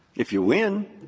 if you win,